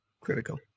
critical